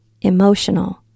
emotional